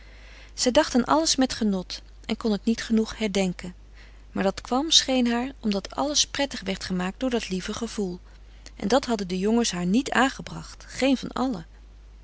zij dacht aan alles met genot en kon het niet genoeg herdenken maar dat kwam scheen haar omdat alles prettig werd gemaakt door dat lieve gevoel en dat hadden de jongens haar niet aangebracht geen van allen